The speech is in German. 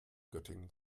göttingen